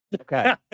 Okay